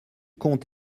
comte